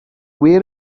where